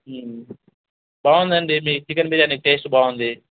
బాగుంది అండి మీ చికెన్ బిర్యానీ టేస్ట్ బాగుంది